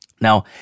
Now